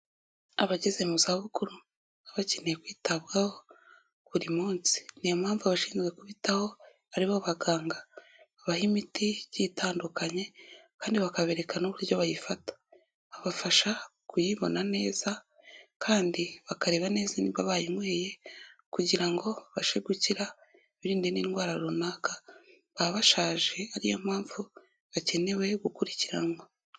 Abageze mu zabukuru baba keneye kwitabwaho buri munsi niyo mpamvu abashinzwe gubitaho aribo abaganga babaha imiti igiye itandukanye kandi bakabereka n'uburyo bayifata, babafasha kuyibona neza kandi bakareba neza niba bayinyweye kugira ngo babashe gukira biririnde n'indwara runaka baba bashaje ari yo mpamvu bakenewe gukurikiranwa.